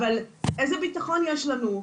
אבל איזה בטחון יש לנו,